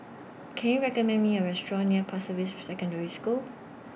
Can YOU recommend Me A Restaurant near Pasir Ris Secondary School